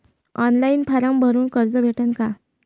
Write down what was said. Online form भरून कर्ज भेटन का?